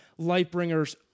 Lightbringers